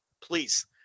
please